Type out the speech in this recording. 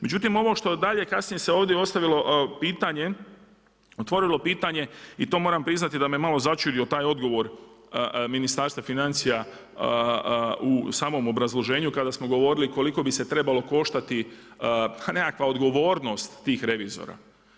Međutim ovo što dalje kasnije se ovdje otvorili pitanje i to moram priznati da me malo začudio taj odgovor Ministarstva financija u samom obrazloženju kada smo govorili koliko bi trebalo koštati nekakva odgovornost tih revizora.